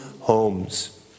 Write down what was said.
homes